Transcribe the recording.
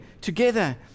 together